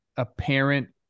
apparent